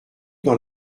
dans